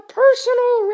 personal